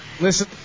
listen